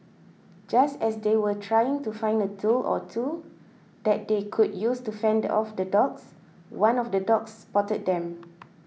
just as they were trying to find a tool or two that they could use to fend off the dogs one of the dogs spotted them